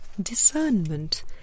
Discernment